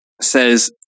says